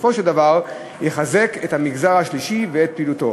ובסופו של דבר יחזק את המגזר השלישי ואת פעילותו.